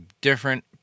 different